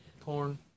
Porn